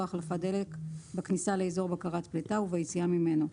החלפת דלק בכניסה לאזור בקרת פליטה וביציאה ממנו,